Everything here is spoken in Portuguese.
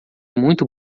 muito